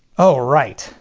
oh right.